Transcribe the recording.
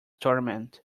tournament